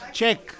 Check